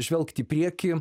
žvelgti į priekį